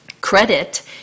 Credit